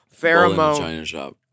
Pheromone